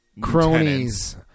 Cronies